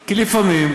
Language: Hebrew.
כי לפעמים,